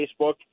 Facebook